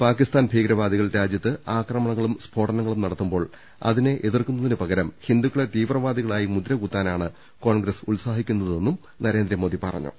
പാക്കിസ്ഥാൻ ഭീകരവാദികൾ രാജ്യത്ത് ആക്രമണങ്ങളും സ്ഫോടനങ്ങളും നടത്തുമ്പോൾ അതിനെ എതിർക്കുന്നതിന് പകരം ഹിന്ദുക്കളെ തീവ്രവാദികളായി മുദ്ര കുത്താനാണ് കോൺഗ്രസ് ഉത്സാഹിക്കുന്നതെന്നും നരേന്ദ്രമോദി പറഞ്ഞു